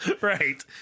Right